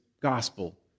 gospel